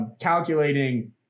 calculating